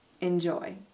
Enjoy